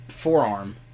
Forearm